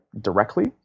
directly